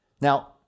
Now